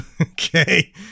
okay